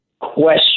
question